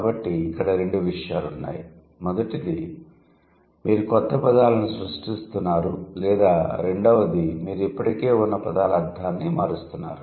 కాబట్టి ఇక్కడ రెండు విషయాలున్నాయి మొదటిది మీరు క్రొత్త పదాలను సృష్టిస్తున్నారు లేదా రెండవది మీరు ఇప్పటికే ఉన్న పదాల అర్థాన్ని మారుస్తున్నారు